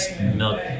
milk